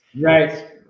right